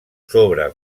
sobre